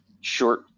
short